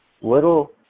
Little